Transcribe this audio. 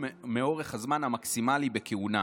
ארבעה